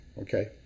Okay